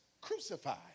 crucified